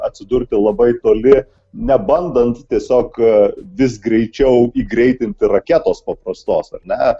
atsidurti labai toli nebandant tiesiog vis greičiau įgreitinti raketos paprastos ar ne